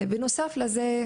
בנוסף לזה,